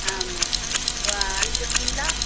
ஆமாம் இப்போ அனுப்பிவிட்டுருவீங்களா